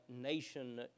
nation